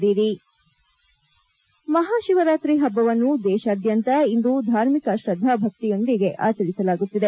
break ಮುಖ್ಯಾಂಶನ ಮಹಾಶಿವರಾತ್ರಿ ಹಬ್ಬವನ್ನು ದೇಶಾದ್ಯಂತ ಇಂದು ಧಾರ್ಮಿಕ ಶ್ರದ್ದಾಭಕ್ತಿಯೊಂದಿಗೆ ಆಚರಿಸಲಾಗುತ್ತಿದೆ